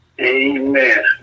Amen